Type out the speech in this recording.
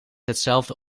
hetzelfde